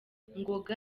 ngoga